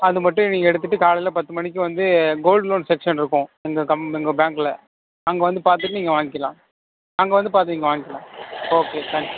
அது மட்டும் நீங்கள் எடுத்துகிட்டு காலையில பத்து மணிக்கு வந்து கோல்டு லோன் செக்சன் இருக்கும் எங்கள் கம் எங்கள் பேங்கில் அங்கே வந்து பார்த்துட்டு நீங்கள் வாங்கிக்கலாம் அங்கே வந்து பார்த்து நீங்கள் வாங்கிக்கலாம் ஓகே தேங்க்ஸ்